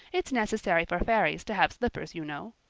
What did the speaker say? it's necessary for fairies to have slippers, you know.